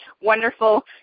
wonderful